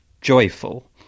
joyful